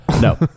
No